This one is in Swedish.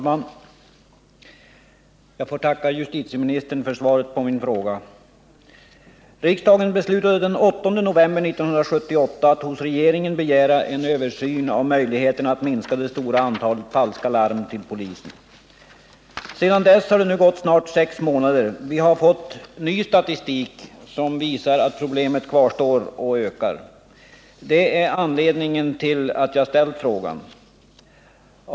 Herr talman! Jag tackar justitieministern för svaret på min fråga. Riksdagen beslutade den 8 november 1978 att hos regeringen begära en översyn av möjligheferna att minska det stora antalet falska larm till polisen. Sedan dess har det nu gått snart sex månader. Vi har fått ny statistik som visar att problemet kvarstår och blir allt större. Det är anledningen till att jag ställt min fråga.